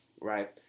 right